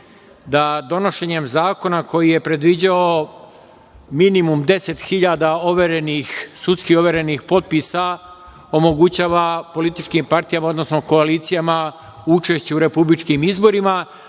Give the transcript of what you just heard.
da donošenjem zakona koji je predviđao minimum 10 hiljada sudski overenih potpisa omogućava političkim partijama, odnosno koalicijama učešće u republičkim izborima.